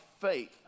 faith